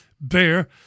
bear